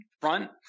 front